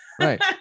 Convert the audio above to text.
Right